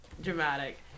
dramatic